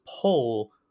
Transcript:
pull